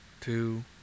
two